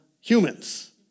humans